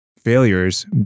failures